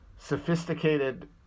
sophisticated